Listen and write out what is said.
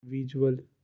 visual